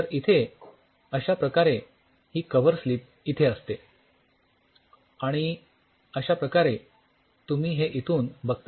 तर इथे अश्या प्रकारे ही कव्हरस्लिप इथे असते आणि अश्याप्रकारे तुम्ही हे इथून बघता